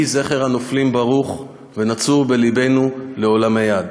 יהי זכר הנופלים ברוך ונצור בלבנו לעולמי עד.